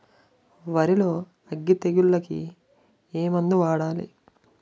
వరిలో అగ్గి తెగులకి ఏ మందు వాడాలి?